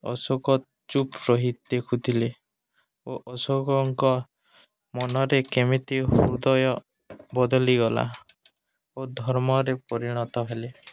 ଅଶୋକ ଚୁପ୍ ରହି ଦେଖୁଥିଲେ ଓ ଅଶୋକଙ୍କ ମନରେ କେମିତି ହୃଦୟ ବଦଳିଗଲା ଓ ଧର୍ମରେ ପରିଣତ ହେଲେ